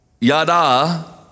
yada